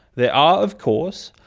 there are, of course,